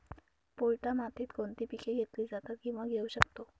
पोयटा मातीत कोणती पिके घेतली जातात, किंवा घेऊ शकतो?